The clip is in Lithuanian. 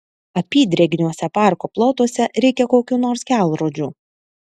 apydrėgniuose parko plotuose reikia kokių nors kelrodžių